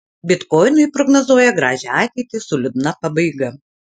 bitkoinui prognozuoja gražią ateitį su liūdna pabaiga